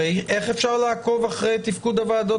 הרי איך אפשר לעקוב אחרי תפקוד הוועדות